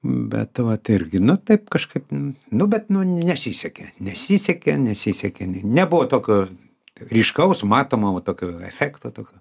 bet vat irgi nu taip kažkaip nu bet nu nesisekė nesisekė nesisekė nebuvo tokio ryškaus matomo va tokio efekto tokio